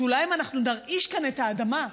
שאולי אם אנחנו נרעיש כאן את האדמה,